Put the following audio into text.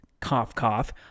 cough-cough